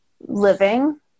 living